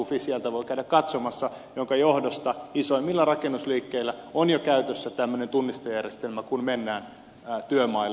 fi sieltä voi käydä katsomassa jonka johdosta isoimmilla rakennusliikkeillä on jo käytössä tämmöinen tunnistejärjestelmä kun mennään työmaille